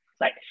right